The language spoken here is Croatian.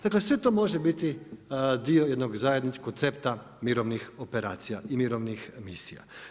Dakle sve to može biti dio jednog zajedničkog koncepta mirovnih operacija i mirovnih misija.